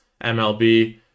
MLB